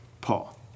Paul